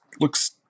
looks